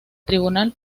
tribunal